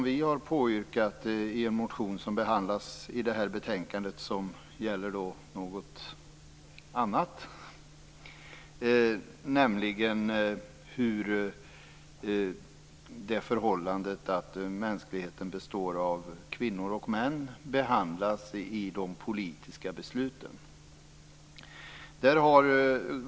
Vi har väckt en motion i anslutning till detta betänkande, som gäller något annat, nämligen hur det förhållandet att mänskligheten består av kvinnor och män behandlas i de politiska besluten.